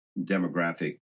demographic